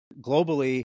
globally